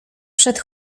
przed